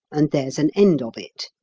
and there's an end of it.